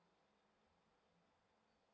uh